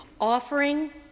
offering